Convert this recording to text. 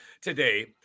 today –